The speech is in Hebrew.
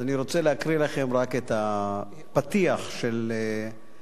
אני רוצה לקרוא לכם רק את הפתיח של המאמר,